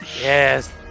Yes